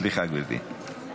סליחה, גברתי.